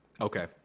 Okay